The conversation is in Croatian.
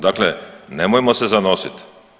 Dakle, nemojmo se zanositi.